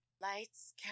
Lights